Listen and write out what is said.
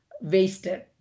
wasted